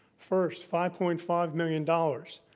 first, five point five million dollars.